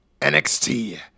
NXT